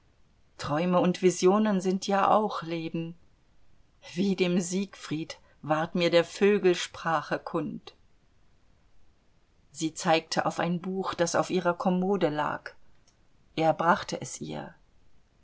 träume und visionen sind ja auch leben wie dem siegfried ward mir der vögel sprache kund sie zeigte auf ein buch das auf ihrer kommode lag er brachte es ihr